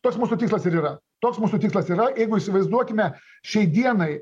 tas mūsų tikslas ir yra toks mūsų tikslas yra jeigu įsivaizduokime šiai dienai